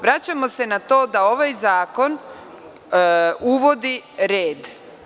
Vraćamo se na to da ovaj zakon uvodi red.